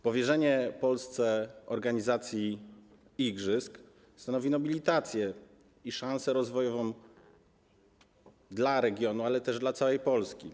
Powierzenie Polsce organizacji igrzysk stanowi nobilitację i szansę rozwojowa dla regionu, ale też dla całej Polski.